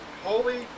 Holy